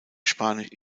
spanisch